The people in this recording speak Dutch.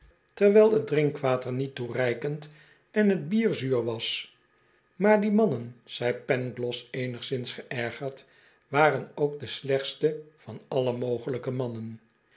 terwijl t drinkwater niet toereikend en t bier zuur was maar die mannen zei pangloss eenigszins geërgerd waren ook de slechtste van alle mogelijke mannen